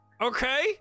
Okay